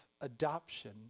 adoption